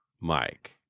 Mike